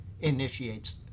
initiates